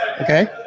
Okay